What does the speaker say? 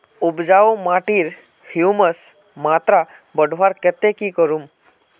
उपजाऊ माटिर ह्यूमस मात्रा बढ़वार केते की करूम?